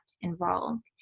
involved